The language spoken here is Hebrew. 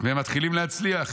ומתחילים להצליח.